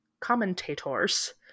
commentators